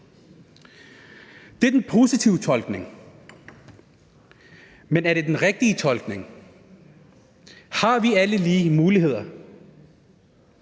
Det er den positive tolkning. Men er det den rigtige tolkning? Har vi alle lige muligheder?